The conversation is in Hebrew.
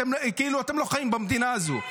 כאילו אתם לא חיים במדינה הזאת,